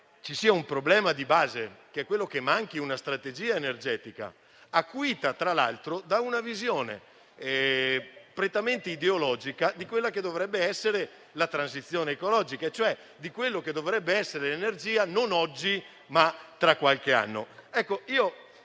ci sia un problema di base. Manca una strategia energetica, problema acuito, tra l'altro, da una visione prettamente ideologica di quella che dovrebbe essere la transizione ecologica, cioè di quella che dovrebbe essere l'energia non oggi ma tra qualche anno. Al